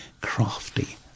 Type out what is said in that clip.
crafty